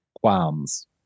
qualms